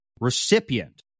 recipient